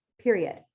period